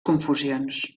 confusions